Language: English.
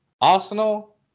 Arsenal